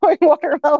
watermelon